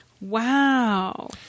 Wow